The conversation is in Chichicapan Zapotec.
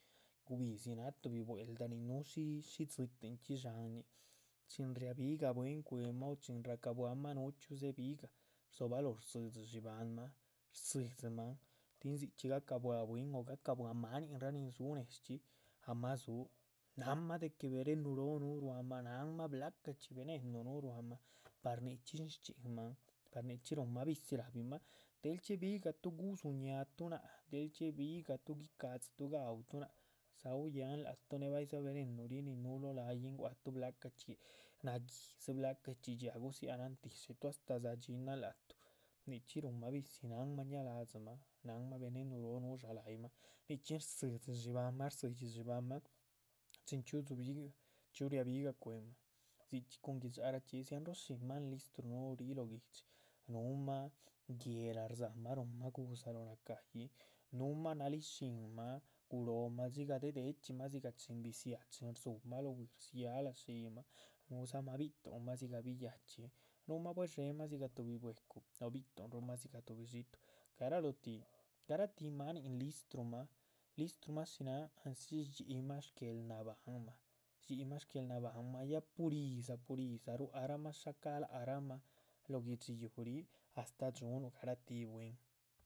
Gubíhzi náh tuhbi nin núhu shí dzitin chxí dxáahn ñíi, chin ria´bihga bwín cue´mah o chin ra´cabuahma núhu chxíu dzebi´gah rdzobalóh rdzídzi dxibáhanma. rdzídzimahan, tin dzichxí ga´cabuah bwín, ga´cabuah maninraa nin dzú neshchxí ahma dzú, nahanma de que venenu róo núh ruámah náhanma blacachxí. venenu núhu ruáhma, par nichxín shchxínmahan, par nichxí ruhunma visi, rahbimah del dxiebigahtu gudzú ñaatuh náac, del dxiebigahtu gudzú ñaatuh náac. dzau´yáhan láac tuh née baýidza venenu rí nin núhu lóh la´yihn guáctuh blacah chxí nagídzi, dxíaa gudzihanan tishituh astáh dzadxiínahan láac tuh. nichxí ruhunma visi náhanma ña'ladzi mah náhanma venenu róo núh dzhá la´yih mah nichxí rzi´dzi, dxibáhanma chin chxíu ria bigah cue´mah. dzichxí cúhun gui´dxa raa, dzichxí, dziahnróo shín máhan listru núhu lóh guihdxi núhuma guéhla rdza´mah, rúhunma gu´dza lo nacayi, núhuma nalíc, shínma. guróo ma dxigah de´chxímah dzigah chxín bi´dziah chin rdzu´mah lóho bwíi rdziálah shiyiih’ma núhudzamah bi´tuhn mah, dzigah biyhachí, núhuma buedxémah. dzigah tuhbi bwecu o bituhn rumah dzigahdzi xíitu garalóotih garáatih manin listrumah, listrumah shináa ansi rdxi´hyi mah guéel nabahn mah, ya pur. yídza pur yídza, ruác rahma shá láac rahma lóh guihdxi yuuh ríh astáh dxúnuh garatíh bwín